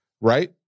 right